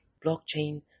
blockchain